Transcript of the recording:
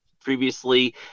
previously